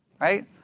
right